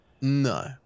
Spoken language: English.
No